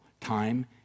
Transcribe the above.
Time